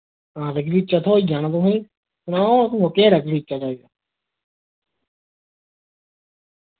हां ते गलीचा थ्होई जाना तुसें सनाओ केह्ड़ा गलीचा चाहिदा